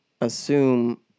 assume